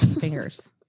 Fingers